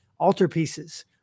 altarpieces